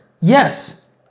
yes